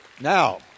Now